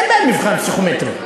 אין בהן מבחן פסיכומטרי.